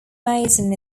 mason